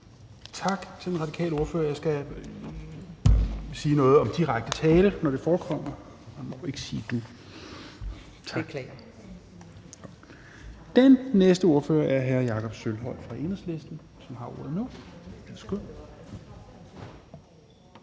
Tak til den radikale ordfører. Jeg skal sige noget om direkte tiltale, når det forekommer: Man må ikke sige du. (Christina Thorholm (RV): Beklager!) Tak. Den næste ordfører er hr. Jakob Sølvhøj fra Enhedslisten, som har ordet nu.